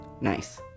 Nice